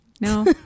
no